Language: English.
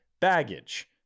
baggage